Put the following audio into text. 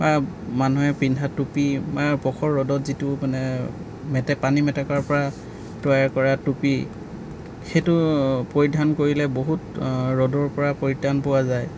বা মানুহে পিন্ধা টুপি বা প্ৰখৰ ৰ'দত যিটো মানে মেটে পানী মেটেকাৰ পৰা তৈয়াৰ কৰা টুপী সেইটো পৰিধান কৰিলে বহুত ৰ'দৰ পৰা পৰিত্ৰাণ পোৱা যায়